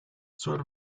sort